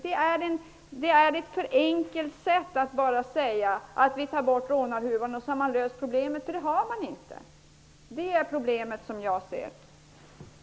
Det är ett för enkelt sätt att bara säga att om vi tar bort rånarhuvan så har man löst problemet, för det har man inte. Det är problemet, som jag ser det.